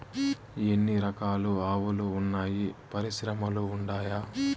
ఎన్ని రకాలు ఆవులు వున్నాయి పరిశ్రమలు ఉండాయా?